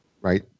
Right